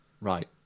Right